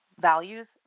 values